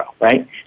right